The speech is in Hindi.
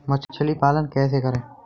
मछली पालन कैसे करें?